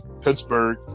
Pittsburgh